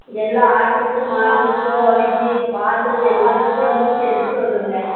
எல்லா ஆட்டுக்கும் மாட்டுக்கும் கோழிக்கு வாத்துக்கு எல்லாத்துக்கும் ஊசி எடுத்துட்டு வந்துடுங்க